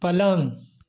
पलंग